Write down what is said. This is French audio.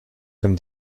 comme